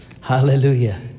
Hallelujah